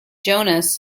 jonas